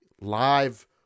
live